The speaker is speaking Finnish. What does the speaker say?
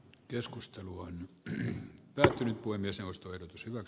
keskustelu on ensin pelätyn kuin myös ostoedut pysyvät